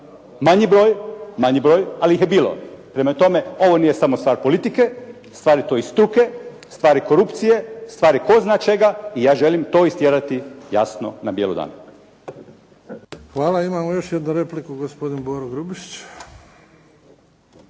na vlasti. Manji broj, ali ih je bilo. Prema tome, ovo nije samo stvar politike, stvar je to i struke, stvar je korupcije, stvar je tko zna čega i ja želim to istjerati jasno na bjelodan. **Bebić, Luka (HDZ)** Hvala. Imamo još jednu repliku, gospodin Boro Grubišić.